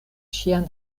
ŝian